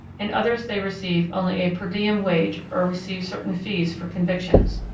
in others they receive only a per diem wage or receive certain fees for convictions.